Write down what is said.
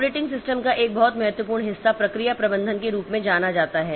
operating system का एक बहुत महत्वपूर्ण हिस्सा प्रक्रिया प्रबंधन के रूप में जाना जाता है